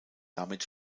damit